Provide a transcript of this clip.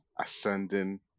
ascending